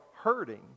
hurting